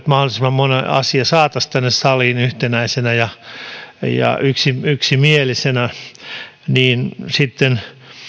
mahdollisimman moni asia saataisiin tänne saliin yhtenäisenä ja ja yksimielisenä niin sitten